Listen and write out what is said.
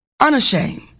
unashamed